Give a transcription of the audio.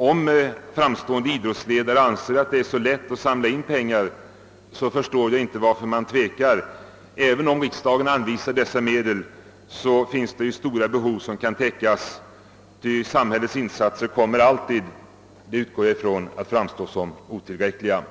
Om framstående idrottsle dare anser att det är så lätt att samla in pengar, så förstår jag inte varför man tvekar. även om riksdagen anvisar dessa medel för deltagande i olympiaden finns det ju stora behov kvar att täcka, ty samhällets insatser kommer alltid — det utgår jag ifrån — att framstå som otillräckliga.